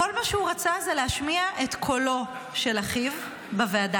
כל מה שהוא רצה זה להשמיע את קולו של אחיו בוועדה,